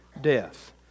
death